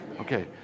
Okay